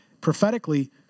prophetically